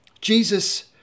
Jesus